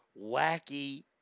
wacky